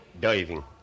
diving